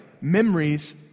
Memories